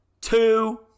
two